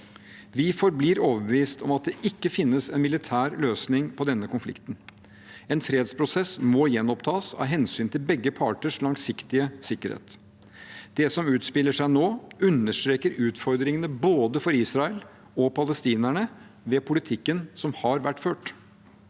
Vi forblir overbevist om at det ikke finnes en militær løsning på denne konflikten. En fredsprosess må gjenopptas av hensyn til begge parters langsiktige sikkerhet. Det som utspiller seg nå, understreker utfordringene for både Israel og palestinerne ved politikken som har vært ført.